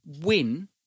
win